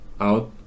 out